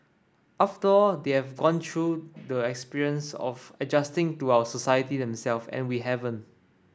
after all they have gone through the experience of adjusting to our society them self and we haven't